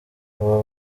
abo